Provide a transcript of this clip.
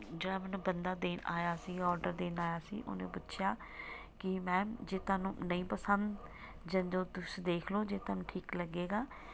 ਜਿਹੜਾ ਮੈਨੂੰ ਬੰਦਾ ਦੇਣ ਆਇਆ ਸੀਗਾ ਆਰਡਰ ਦੇਣ ਆਇਆ ਸੀ ਉਹਨੇ ਪੁੱਛਿਆ ਕਿ ਮੈਮ ਜੇ ਤੁਹਾਨੂੰ ਨਹੀਂ ਪਸੰਦ ਜਾਂ ਜਦੋਂ ਤੁਸੀਂ ਦੇਖ ਲਓ ਜੇ ਤੁਹਾਨੂੰ ਠੀਕ ਲੱਗੇਗਾ